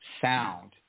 sound